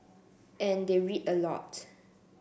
and they read a lot